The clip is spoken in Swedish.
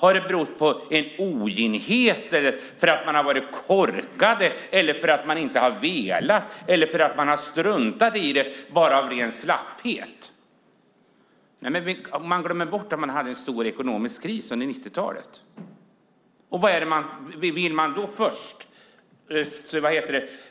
Har det berott på en oginhet, på att någon har varit korkad, på att någon inte har velat eller på att någon har struntat i det av ren slapphet? Man glömmer bort att det var en djup ekonomisk kris under 1990-talet. Och vill man då först